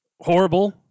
horrible